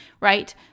right